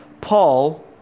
Paul